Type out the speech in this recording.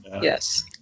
Yes